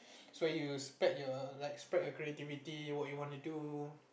so you spread your like spear your creativity what you want to do